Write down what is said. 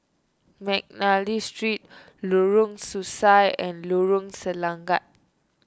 McNally Street Lorong Sesuai and Lorong Selangat